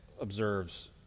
observes